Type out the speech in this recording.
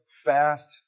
fast